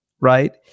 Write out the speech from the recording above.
right